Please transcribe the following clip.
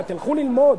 תלכו ללמוד.